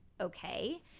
okay